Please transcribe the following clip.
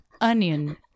Onion